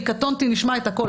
זאת דעתי שלי, קטונתי, נשמע הכול.